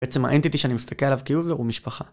בעצם האנטיטי שאני מסתכל עליו כיוזר הוא משפחה